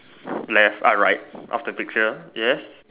left ah right of the picture yes